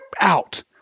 out